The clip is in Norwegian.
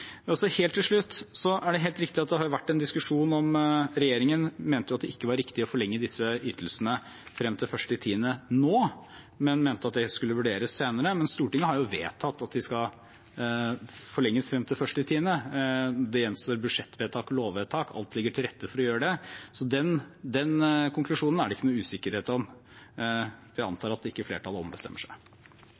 Helt til slutt: Det er helt riktig at det har vært en diskusjon. Regjeringen mente at det ikke var riktig nå å forlenge disse ytelsene frem til 1. oktober, men at det skulle vurderes senere. Stortinget har vedtatt at de skal forlenges frem til 1. oktober. Det gjenstår budsjettvedtak og lovvedtak, men alt ligger til rette for å gjøre det, så den konklusjonen er det ikke noe usikkerhet om. Vi antar at flertallet ikke ombestemmer seg.